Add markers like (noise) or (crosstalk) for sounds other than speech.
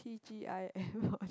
t_g_i_f (noise)